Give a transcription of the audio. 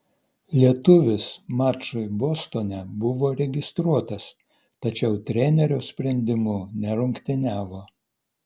lietuvis mačui bostone buvo registruotas tačiau trenerio sprendimu nerungtyniavo